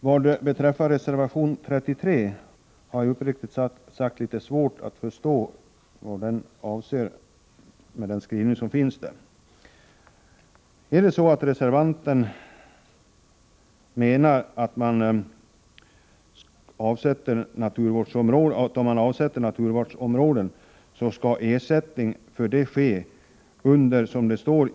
Vad beträffar reservation 33 har jag uppriktigt sagt litet svårt att förstå vad skrivningen i reservationen syftar till. Menar reservanten att ersättning för avsättning av mark till naturvårdsområde skall utgå under en längre period?